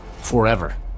forever